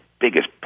biggest